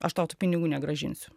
aš tau tų pinigų negrąžinsiu